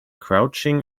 crouching